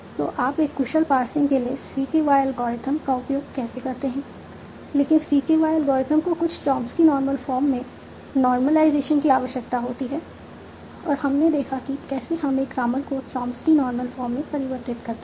तो आप एक कुशल पार्सिंग के लिए CKY एल्गोरिदम का उपयोग कैसे करते हैं लेकिन CKY एल्गोरिथ्म को कुछ चॉम्स्की नॉर्मल फॉर्म में नॉर्मलाइजेशन की आवश्यकता होती है और हमने देखा कि कैसे हम एक ग्रामर को चॉम्स्की नॉर्मल फॉर्म में परिवर्तित करते हैं